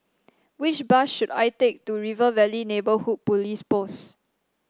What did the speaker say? which bus should I take to River Valley Neighbourhood Police Post